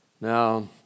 Now